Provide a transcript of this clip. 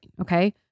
Okay